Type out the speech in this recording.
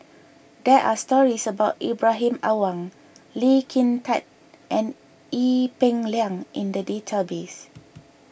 there are stories about Ibrahim Awang Lee Kin Tat and Ee Peng Liang in the database